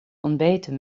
ontbeten